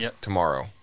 tomorrow